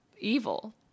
evil